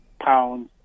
pounds